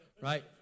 Right